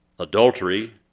Adultery